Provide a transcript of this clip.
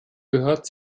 gehört